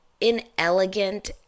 inelegant